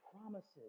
promises